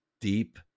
deep